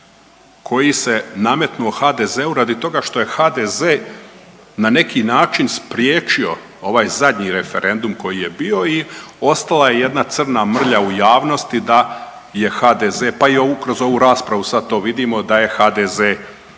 koji se nametnuo HDZ-u radi toga što je HDZ na neki način spriječio ovaj zadnji referendum koji je bio i ostala je jedna crna mrlja u javnosti da je HDZ pa i kroz ovu raspravu sad to vidimo da je HDZ